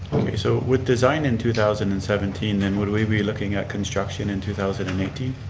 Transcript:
okay so with design in two thousand and seventeen then, would we be looking at construction in two thousand and eighteen?